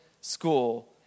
school